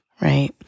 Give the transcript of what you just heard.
Right